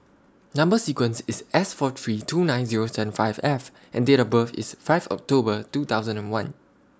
Number sequence IS S four three two nine Zero seven five F and Date of birth IS five of October two thousand and one